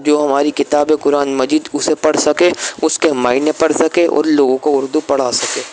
جو ہماری کتاب قرآن مجید اسے پڑھ سکے اس کے معنی پڑھ سکے اور لوگوں کو اردو پڑھا سکے